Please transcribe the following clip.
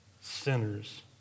Sinners